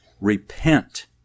Repent